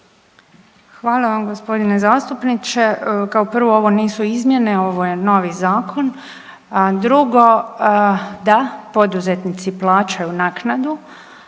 Hvala vam g. zastupniče. Kao prvo ovo nisu izmjene, ovo je novi zakon. Drugo, da poduzetnici plaćaju naknadu,